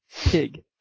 pig